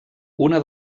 una